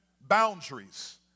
boundaries